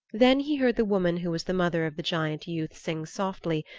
then he heard the woman who was the mother of the giant youth sing softly,